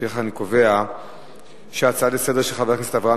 לפיכך אני קובע שההצעה לסדר-היום של חבר הכנסת אברהם